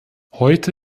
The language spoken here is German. heute